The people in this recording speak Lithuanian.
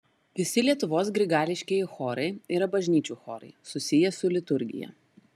visi lietuvos grigališkieji chorai yra bažnyčių chorai susiję su liturgija